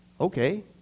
Okay